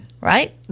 Right